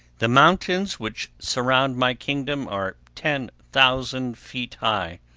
the mountains which surround my kingdom are ten thousand feet high,